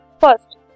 First